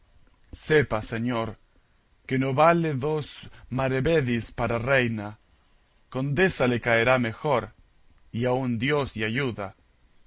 sepa señor que no vale dos maravedís para reina condesa le caerá mejor y aun dios y ayuda